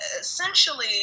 essentially